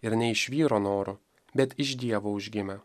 ir ne iš vyro norų bet iš dievo užgimę